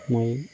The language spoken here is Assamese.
মই